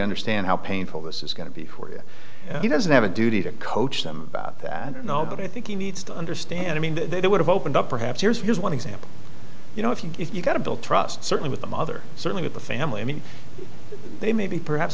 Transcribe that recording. understand how painful this is going to be for you he doesn't have a duty to coach them about that you know but i think he needs to understand i mean they would have opened up perhaps here's here's one example you know if you if you've got to build trust certainly with the mother certainly with the family i mean they maybe perhaps